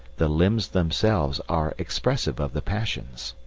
the limbs themselves are expressive of the passions.